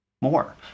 more